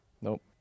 Nope